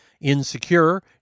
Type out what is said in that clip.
Insecure